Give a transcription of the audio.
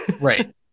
Right